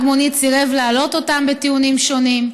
מונית סירב להעלות אותם בטיעונים שונים,